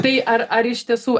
tai ar ar iš tiesų